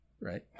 right